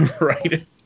right